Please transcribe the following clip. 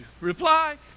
reply